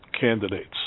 candidates